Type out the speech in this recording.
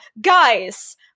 guys